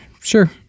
sure